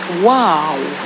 Wow